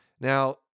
Now